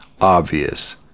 obvious